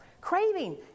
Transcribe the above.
craving